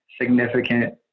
significant